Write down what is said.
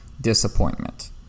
disappointment